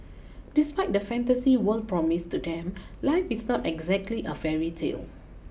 despite the fantasy world promised to them life is not exactly a fairy tale